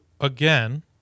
again